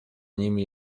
nimi